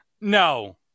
No